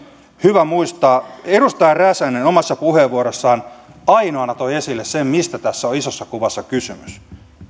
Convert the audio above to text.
hyvä muistaa edustaja räsänen omassa puheenvuorossaan ainoana toi esille sen mistä tässä on isossa kuvassa kysymys